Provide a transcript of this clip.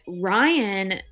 Ryan